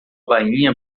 bainha